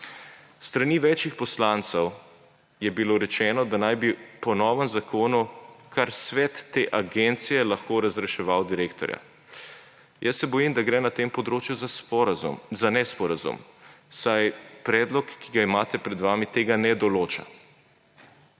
S strani več poslancev je bilo rečeno, da naj bi po novem zakonu kar svet te agencije lahko razreševal direktorja. Bojim se, da gre na tem področju za nesporazum, saj predlog, ki ga imate pred sabo, tega ne določa.